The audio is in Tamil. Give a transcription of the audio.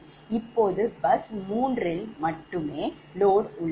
இப்போது bus மூன்றில் மட்டுமே load உள்ளது